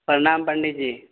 प्रणाम पंडी जी